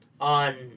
On